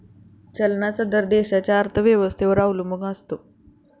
चलनाचा दर देशाच्या अर्थव्यवस्थेवर अवलंबून असतो